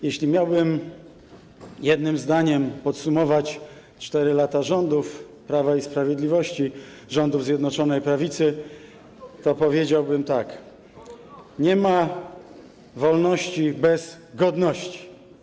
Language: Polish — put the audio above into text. Jeśli miałbym jednym zdaniem podsumować 4 lata rządów Prawa i Sprawiedliwości, rządów Zjednoczonej Prawicy, to powiedziałbym tak: nie ma wolności bez godności.